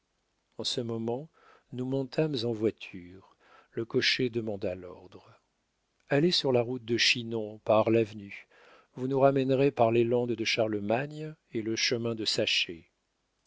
en ce moment nous montâmes en voiture le cocher demanda l'ordre allez sur la route de chinon par l'avenue vous nous ramènerez par les landes de charlemagne et le chemin de saché